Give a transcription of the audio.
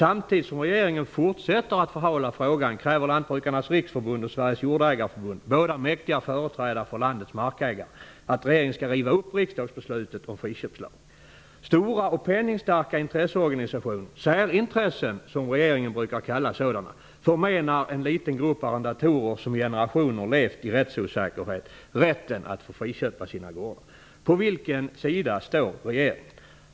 Samtidigt som regeringen fortsätter att förhala frågan kräver Lantbrukarnas riksförbund och Sveriges jordägareförbund, båda mäktiga företrädare för landets markägare, att regeringen skall riva upp riksdagsbeslutet om friköpslag. Stora och penningstarka intresseorganisationer -- särintressen som regeringen brukar kalla sådana -- förmenar en liten grupp arrendatorer, som generationer levt i rättsosäkerhet, rätten att få friköpa sina gårdar. På vilken sida står regeringen?